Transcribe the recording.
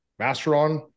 Masteron